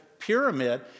pyramid